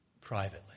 privately